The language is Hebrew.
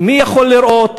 מי יכול לראות?